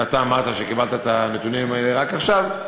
ואתה אמרת שקיבלת את הנתונים האלה רק עכשיו,